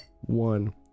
one